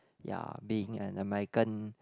ya being an American